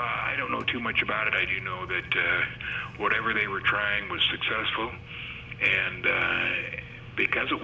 i don't know too much about it i do know that whatever they were trying was successful and because it